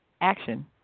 action